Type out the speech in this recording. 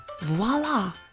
voila